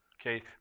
Okay